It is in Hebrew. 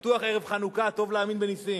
בטוח ערב חנוכה, טוב להאמין בנסים.